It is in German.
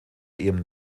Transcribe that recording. ihrem